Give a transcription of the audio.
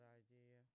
idea